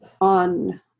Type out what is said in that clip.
on